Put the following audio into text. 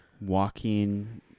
walking